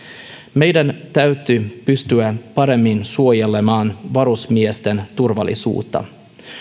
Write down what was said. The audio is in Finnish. meidän täytyy pystyä paremmin suojelemaan varusmiesten turvallisuutta